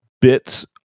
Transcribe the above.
bits